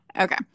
Okay